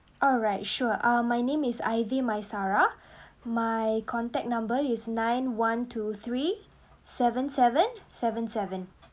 alright sure uh my name is ivy maisara my contact number is nine one two three seven seven seven seven